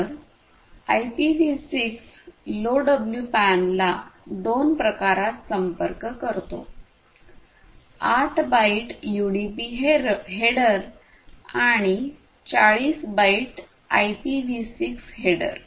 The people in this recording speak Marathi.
तर ipv6 सिक्स लोडब्ल्यूपॅन ला दोन प्रकारात संपर्क करतो आठ बाईट यूडीपी हेडर आणि चाळीस बाईटच आयपीवी सिक्स हेडर